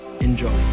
Enjoy